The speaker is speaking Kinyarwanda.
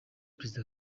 perezida